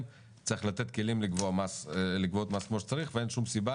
צריך לתת כלים לגבות מס כמו שצריך ואין שום סיבה